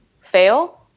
fail